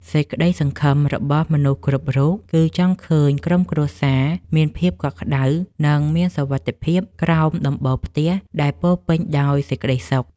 សេចក្ដីសង្ឃឹមរបស់មនុស្សគ្រប់រូបគឺ ចង់ឃើញក្រុមគ្រួសារមានភាពកក់ក្ដៅនិងមានសុវត្ថិភាពក្រោមដំបូលផ្ទះដែលពោរពេញដោយសេចក្ដីសុខ។